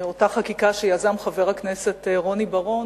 אותה חקיקה שיזם רוני בר-און,